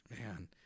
man